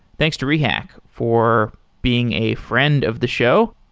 thanks to rehack for being a friend of the show,